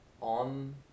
on